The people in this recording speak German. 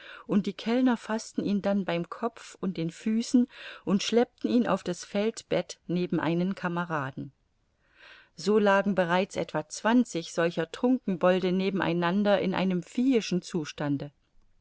und die kellner faßten ihn dann beim kopf und den füßen und schleppten ihn auf das feldbett neben einen kameraden so lagen bereits etwa zwanzig solcher trunkenbolde neben einander in einem viehischen zustande